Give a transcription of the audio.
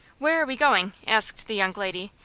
where are we going? asked the young lady,